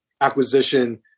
acquisition